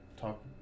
talk